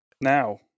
now